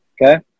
Okay